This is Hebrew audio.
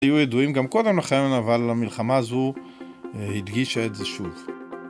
היו ידועים גם קודם לכן אבל המלחמה הזו הדגישה את זה שוב